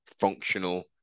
functional